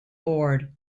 board